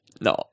No